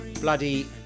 bloody